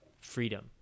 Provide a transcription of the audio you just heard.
freedom